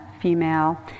female